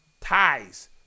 ties